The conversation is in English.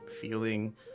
feeling